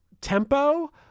tempo